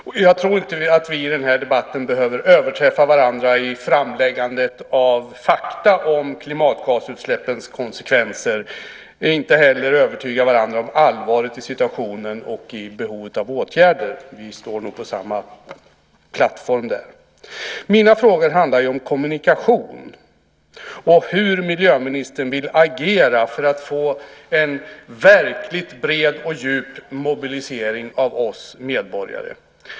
Jag tror inte att vi i den här debatten behöver överträffa varandra i framläggandet av fakta om klimatgasutsläppens konsekvenser. Vi behöver inte heller övertyga varandra om allvaret i situationen och behovet av åtgärder. Vi står nog på samma plattform i fråga om detta. Mina frågor handlar om kommunikation och hur miljöministern vill agera för att få en verkligt bred och djup mobilisering av oss medborgare.